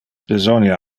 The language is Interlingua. besonia